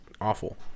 awful